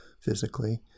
physically